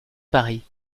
paris